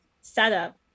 setup